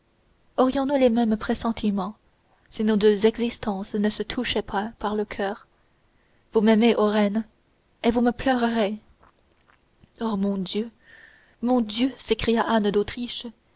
aurions-nous les mêmes pressentiments si nos deux existences ne se touchaient pas par le coeur vous m'aimez ô reine et vous me pleurerez oh mon dieu mon dieu s'écria anne d'autriche